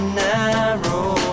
narrow